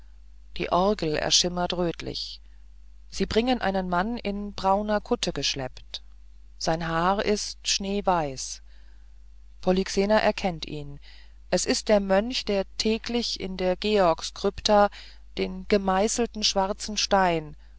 die orgel erschimmert rötlich sie bringen einen mann in brauner kutte geschleppt sein haar ist schneeweiß polyxena erkennt ihn es ist der mönch der täglich in der georgskrypta den gemeißelten schwarzen stein